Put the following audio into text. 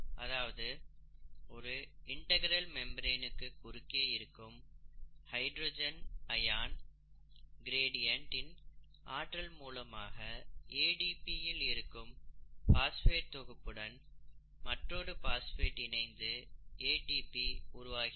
அதாவது ஒரு இண்டெகிரல் மெம்பிரேனுக்கு குறுக்கே இருக்கும் ஹைட்ரஜன் அயன் கிரேடியன்ட் இன் ஆற்றல் மூலமாக ADP இல் இருக்கும் பாஸ்பேட் தொகுப்புடன் மற்றொரு பாஸ்பேட் இணைந்து ATP உருவாகிறது